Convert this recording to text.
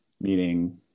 meeting